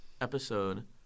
episode